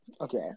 Okay